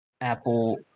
Apple